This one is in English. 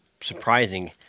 surprising